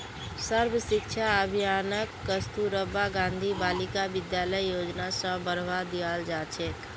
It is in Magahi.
सर्व शिक्षा अभियानक कस्तूरबा गांधी बालिका विद्यालय योजना स बढ़वा दियाल जा छेक